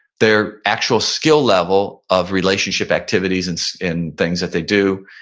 their actual skill level of relationship activities and in things that they do,